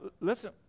listen